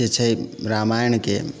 जेछै रामायणके